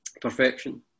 Perfection